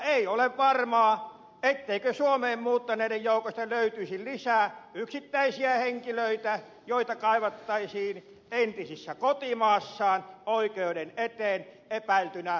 ei ole varmaa etteikö suomeen muuttaneiden joukosta löytyisi lisää yksittäisiä henkilöitä joita kaivattaisiin entisissä kotimaissaan oikeuden eteen epäiltynä hirmuteoista